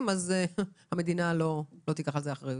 זה אבסורד אם המדינה לא תיקח על זה אחריות,